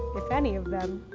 if any of them,